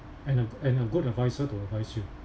and a and a good advisor to advise you